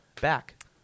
back